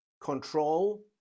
control